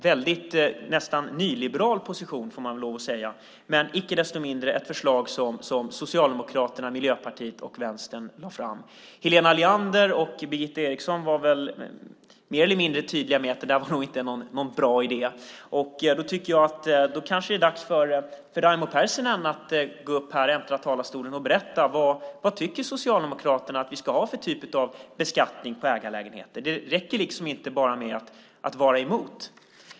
En nästan nyliberal position, får man väl lov att säga, men icke desto mindre ett förslag som Socialdemokraterna, Miljöpartiet och Vänstern förde fram. Helena Leander och Birgitta Eriksson var väl mer eller mindre tydliga med att det där tror vi inte är någon bra idé. Jag tycker att det kanske är dags för Raimo Pärssinen att äntra talarstolen och berätta vad Socialdemokraterna tycker att vi ska ha för typ av beskattning på ägarlägenheter. Det räcker liksom inte bara med att vara emot.